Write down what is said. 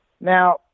Now